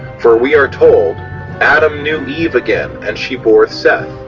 for we are told adam knew eve again and she bore seth.